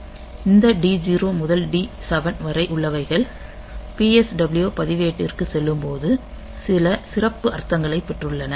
இந்த D0 முதல் D7 வரை உள்ளவைகள் PSW பதிவேட்டிற்கு செல்லும்போது சில சிறப்பு அர்த்தங்களைப் பெற்றுள்ளன